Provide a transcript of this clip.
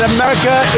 America